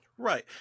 Right